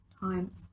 times